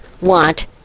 want